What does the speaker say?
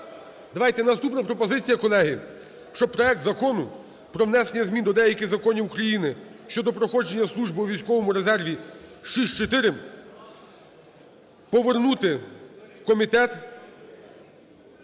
Давайте, наступна пропозиція, колеги, щоб проект Закону про внесення змін до деяких законів України щодо проходження служби у військовому резерві (64…) повернути в комітет